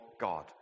God